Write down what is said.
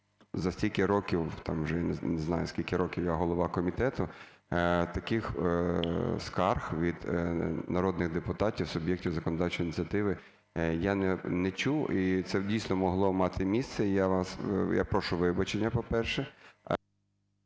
за стільки років, вже не знаю, скільки років я голова комітету, таких скарг від народних депутатів, суб'єктів законодавчої ініціативи, я не чув, і це, дійсно, могло мати місце. Я прошу вибачення, по-перше.